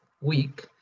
week